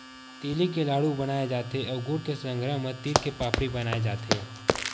तिली के लाडू बनाय जाथे अउ गुड़ के संघरा म तिल के पापड़ी बनाए जाथे